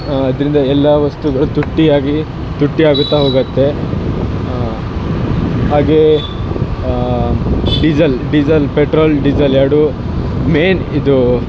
ಇದರಿಂದ ಎಲ್ಲ ವಸ್ತುಗಳು ತುಟ್ಟಿಯಾಗಿ ತುಟ್ಟಿಯಾಗುತ್ತಾ ಹೋಗುತ್ತೆ ಹಾಗೇ ಡೀಸಲ್ ಡೀಸಲ್ ಪೆಟ್ರೋಲ್ ಡೀಸಲ್ ಎರಡೂ ಮೇನ್ ಇದು